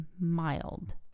mild